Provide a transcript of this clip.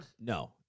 No